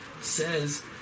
says